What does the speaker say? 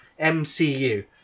MCU